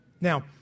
Now